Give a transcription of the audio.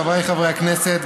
חבריי חברי הכנסת,